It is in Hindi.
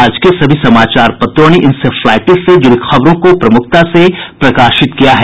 आज के सभी समाचार पत्रों ने इंसेफ्लाइटिस से जुड़ी खबरों को प्रमुखता से प्रकाशित किया है